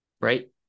right